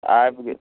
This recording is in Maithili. आबि गेल